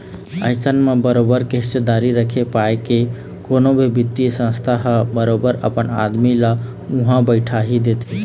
अइसन म बरोबर के हिस्सादारी रखे पाय के कोनो भी बित्तीय संस्था ह बरोबर अपन आदमी ल उहाँ बइठाही देथे